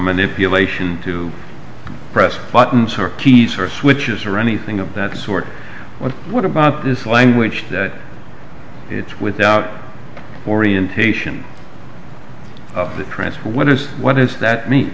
manipulation to press buttons her keys her switches or anything of that sort but what about this language that it's without orientation of the transfer winners what does that mean